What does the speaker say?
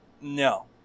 No